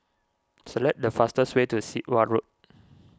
select the fastest way to Sit Wah Road